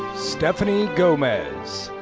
stephanie gomez.